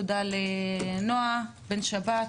תודה לנעה בן שבת,